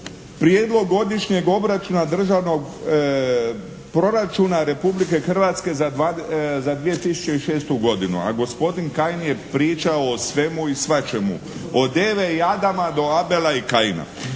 Prijedlog godišnjeg obračuna Državnog proračuna Republike Hrvatske za 2006. godinu, a gospodin Kajin je pričao o svemu i svačemu. Od Eve i Adama do Abela i Kajina.